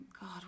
God